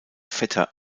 vetter